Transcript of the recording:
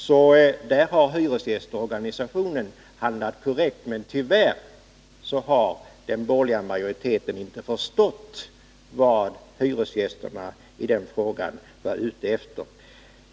Där har alltså hyresgästorganisationen handlat korrekt, men tyvärr har den borgerliga majoriteten inte förstått vad hyresgästerna i den frågan var ute efter.